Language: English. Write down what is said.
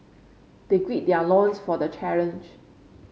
they gird their loins for the challenge